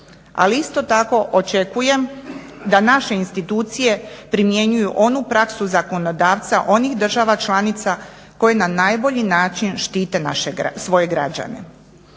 Ali isto tako očekujem da naše institucije primjenjuju onu praksu zakonodavca onih država članica koje na najbolji način štite svoje građane.